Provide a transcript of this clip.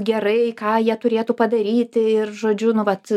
gerai ką jie turėtų padaryti ir žodžiu nu vat